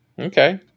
Okay